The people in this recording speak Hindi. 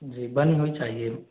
जी बनी हुई चाहिए